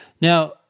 Now